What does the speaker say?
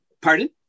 pardon